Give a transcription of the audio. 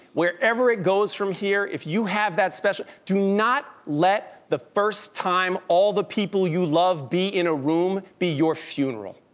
wherever it goes from here, if you have that special do not let the first time all the people you love be in a room, be your funeral.